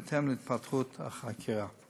בהתאם להתפתחות החקירה.